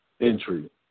entry